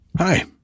Hi